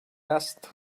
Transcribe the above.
asked